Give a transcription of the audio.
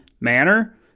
manner